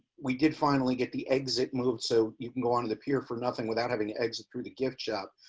we did finally get the exit moved so you can go on to the pier for nothing without having exit through the gift shop,